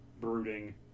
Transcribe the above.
brooding